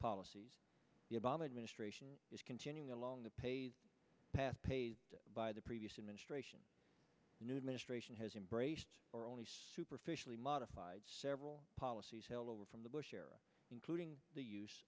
policies the obama administration is continuing along the pays path paid by the previous administration new ministration has embraced or only superficially modified several policies held over from the bush era including the use